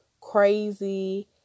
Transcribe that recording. crazy